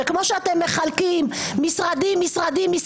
שכמו שאתם מחלקים משרדים-משרדים-משרדים,